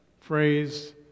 phrase